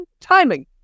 timing